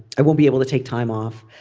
i won't be able to take time off.